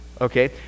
Okay